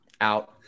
Out